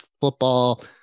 football